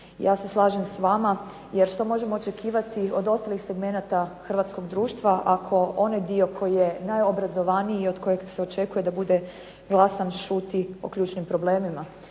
Ja se slažem s vama jer što možemo očekivati od ostalih segmenata hrvatskog društva ako onaj dio koji je najobrazovaniji i od kojeg se očekuje da bude glasan, šuti o ključnim problemima.